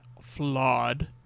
flawed